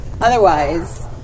otherwise